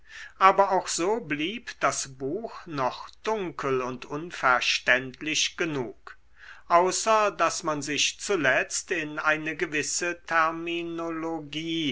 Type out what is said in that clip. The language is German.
aber auch so blieb das buch noch dunkel und unverständlich genug außer daß man sich zuletzt in eine gewisse terminologie